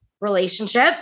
relationship